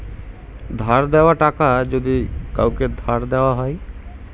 ধার দেওয়া টাকা যদি কাওকে ধার দেওয়া হয়